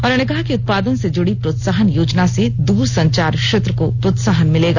उन्होंने कहा कि उत्पादन से जुड़ी प्रोत्साहन योजना से दूरसंचार क्षेत्र को प्रोत्साहन मिलेगा